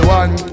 one